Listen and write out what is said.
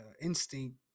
instinct